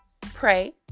pray